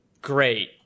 Great